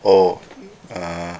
oh err